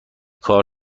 کار